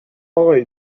آقای